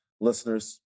Listeners